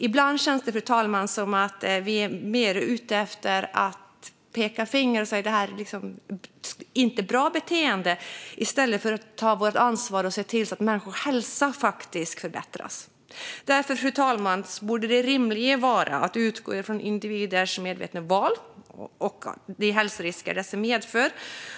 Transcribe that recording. Ibland känns det som att vi är mer ute efter att peka finger och säga att ett beteende inte är bra i stället för att ta vårt ansvar och se till att människors hälsa faktiskt förbättras. Det rimliga borde vara att utgå från individers medvetna val och de hälsorisker dessa medför.